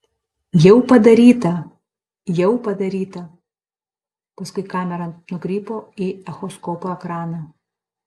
jau padaryta jau padaryta paskui kamera nukrypo į echoskopo ekraną